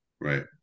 Right